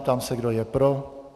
Ptám se, kdo je pro?